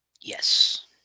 Yes